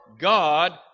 God